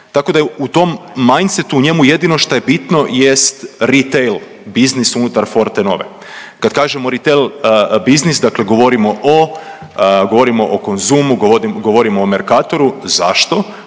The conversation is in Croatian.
tako da je u tom mindsetu, njemu jedino što je bitno je retail business unutar Fortenove. Kad kažemo retail business, dakle govorimo o, govorimo o Konzumu, govorimo o Merkatoru, zašto?